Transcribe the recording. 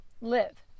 live